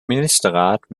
ministerrat